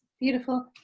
Beautiful